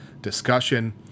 discussion